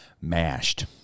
Mashed